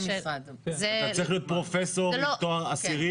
אתה צריך להיות פרופסור עם תואר עשירי